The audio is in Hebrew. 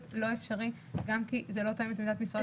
לא אפשרי גם כי זה לא תואם את עמדת משרד החינוך.